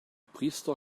priester